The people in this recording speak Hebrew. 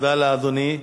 תודה לאדוני.